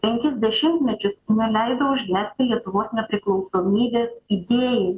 penkis dešimtmečius neleido užgesti lietuvos nepriklausomybės idėjai